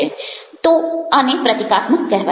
તો આને પ્રતીકાત્મક કહેવાય